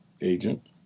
agent